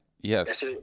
Yes